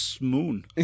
moon